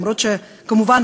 למרות שכמובן,